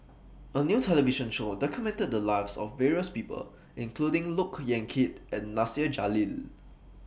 A New television Show documented The Lives of various People including Look Yan Kit and Nasir Jalil